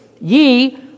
ye